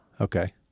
Okay